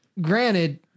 granted